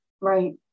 Right